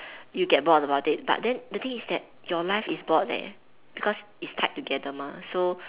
you get bored about it but then the thing is that your life is bored eh because it's tied together mah so